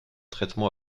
traitement